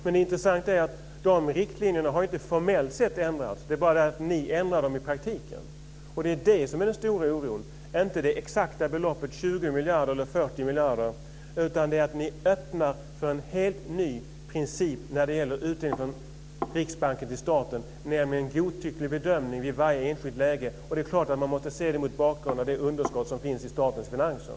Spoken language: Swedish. Men det intressanta är att dessa riktlinjer formellt sett inte har ändrats. Det är bara det att ni ändrar dem i praktiken. Det som orsakar den stora oron är inte det exakta beloppet 20 miljarder eller 40 miljarder, utan det är att ni är öppna för en helt ny princip när det gäller utdelning från Riksbanken till staten, nämligen en godtycklig bedömning i varje enskilt läge. Det är klart att detta måste ses mot bakgrund av det underskott som finns i statens finanser.